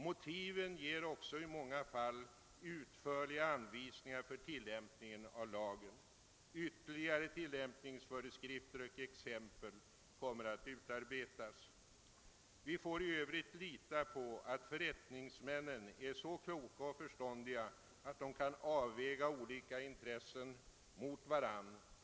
Motiven ger också i många fall utförliga anvisningar för tillämpningen av lagen. Ytterligare tillämpningsföreskrifter och exempel kommer att utarbetas. Vi får i övrigt lita på att förrättningsmännen är så kloka att de på ett förnuftigt sätt kan avväga olika intressen mot varandra.